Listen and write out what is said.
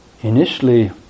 initially